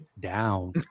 down